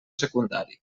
secundari